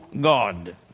God